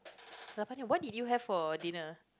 Nattelia what did you have for dinner